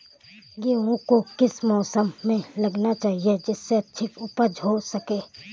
गेहूँ को किस मौसम में लगाना चाहिए जिससे अच्छी उपज हो सके?